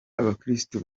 abakirisitu